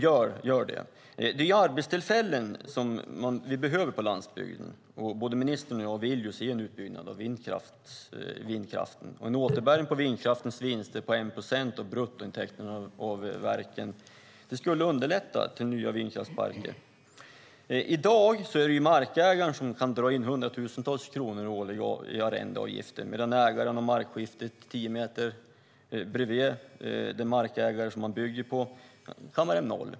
Vi behöver arbetstillfällen på landsbygden. Både ministern och jag vill ju se en utbyggnad av vindkraften. En återbäring på vindkraftens vinster på 1 procent av bruttointäkterna från verken skulle underlätta för nya vindkraftsparker. I dag är det markägaren som kan dra in hundratusentals kronor årligen i arrendeavgifter, medan en ägare av markskiftet tio meter därifrån kammar noll.